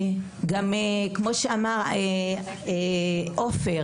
כמו שאמר עופר